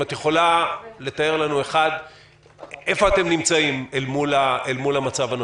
אם את יכולה לתאר לנו איפה אתם נמצאים אל מול המצב הנוכחי.